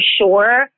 sure